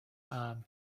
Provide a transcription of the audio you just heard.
arm